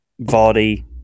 Vardy